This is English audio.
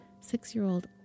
six-year-old